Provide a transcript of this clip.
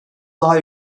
daha